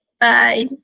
bye